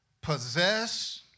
possess